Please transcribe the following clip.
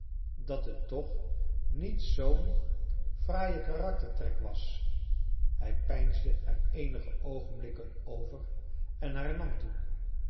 dat t toch niet zoo'n fraaie karaktertrek was hij peinsde er eenige oogenblikken over en hernam toen